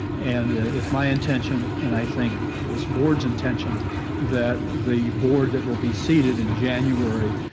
and it's my intention and i think this board's intention that the board that will be seated in january,